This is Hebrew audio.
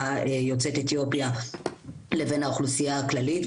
יוצאת אתיופיה לבין האוכלוסייה הכללית,